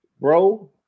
bro